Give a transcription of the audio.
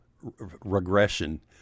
regression